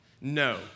No